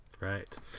Right